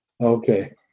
Okay